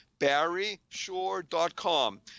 barryshore.com